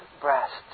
breasts